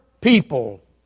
people